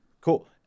Cool